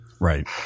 Right